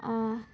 অঁ